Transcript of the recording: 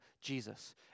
Jesus